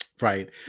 Right